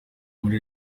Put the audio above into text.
muri